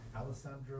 Alessandro